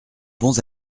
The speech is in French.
bons